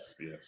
yes